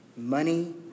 Money